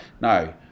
no